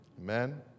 Amen